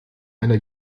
einer